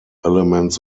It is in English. elements